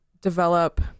develop